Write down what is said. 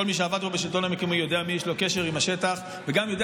כל מי שעבד פה בשלטון המקומי יודע למי יש קשר עם השטח וגם יודע